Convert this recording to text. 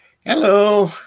Hello